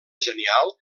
genial